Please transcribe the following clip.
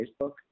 Facebook